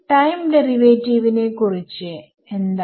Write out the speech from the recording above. time derivative നെ കുറിച്ച് എന്താണ്